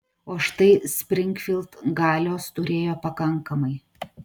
o štai springfild galios turėjo pakankamai